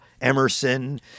Emerson